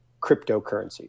cryptocurrencies